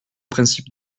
principe